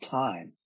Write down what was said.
time